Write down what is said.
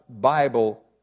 Bible